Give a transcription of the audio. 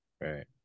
Right